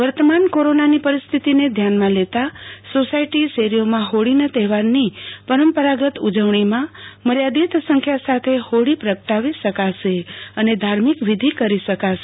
વર્તમાન કોરોનાની પરિસ્થિતિને ધ્યાનમાં લેતાં સોસાયટી શેરીઓમાં હોળીના તહેવારની પરંપરાગત ઉજવણીમાં મર્યાદિત સંખ્યા સાથે ફોળી પ્રગટાવી શકાશે અને ધાર્મિક વિધિ કરી શકાશે